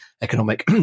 economic